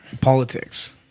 politics